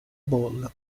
bowl